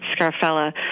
Scarfella